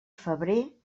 febrer